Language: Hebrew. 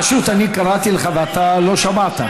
פשוט קראתי לך ואתה לא שמעת.